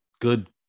good